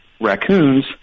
raccoons